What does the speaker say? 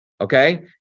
okay